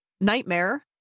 Nightmare